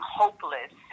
hopeless